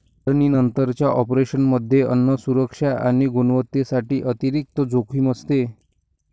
काढणीनंतरच्या ऑपरेशनमध्ये अन्न सुरक्षा आणि गुणवत्तेसाठी अतिरिक्त जोखीम असते